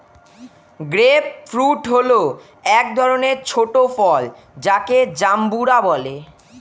grape fruit হল এক ধরনের ছোট ফল যাকে জাম্বুরা বলে